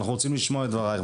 אנחנו רוצים לשמוע את דבריך.